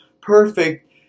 Perfect